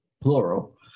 plural